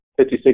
56